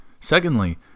Secondly